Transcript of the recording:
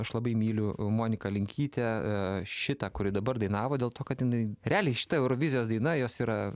aš labai myliu moniką linkytę šitą kuri dabar dainavo dėl to kad jinai realiai šita eurovizijos daina jos yra